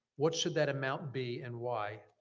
what should that amount be and why?